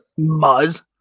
Muzz